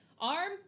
Arm